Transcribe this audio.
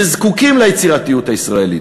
שזקוקים ליצירתיות הישראלית,